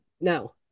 No